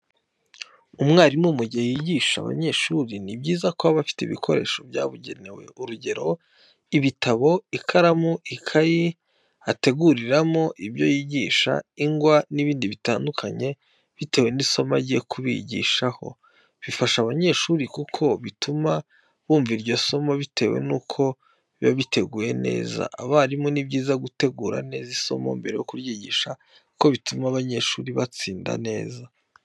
Umwarimu mu gihe yigisha abanyeshuri ni byiza ko aba afite ibikoresho byabugenewe urugero: ibitabo, ikaramu, ikayi ateguriramo ibyo yigisha, ingwa n`ibindi bitandukanye bitewe nisomo agiye kubigishaho, bifasha n'abanyeshuri kuko bituma bumva iryo somo bitewe nuko biba biteguye neza, abarimu ni byiza gutegura neza isomo mbere yo kuryigisha kuko bituma abanyeshuri batsinda neza.